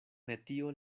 metio